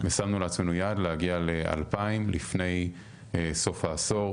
ושמנו לעצמנו יעד להגיע ל-2,000 לפני סוף העשור.